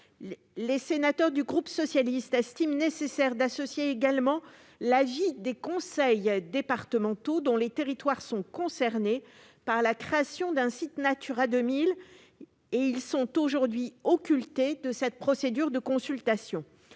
Les sénateurs du groupe socialiste estiment nécessaire d'associer également les conseils départementaux dont les territoires sont concernés par la création d'un site Natura 2000- ils sont aujourd'hui occultés de cette procédure de consultation.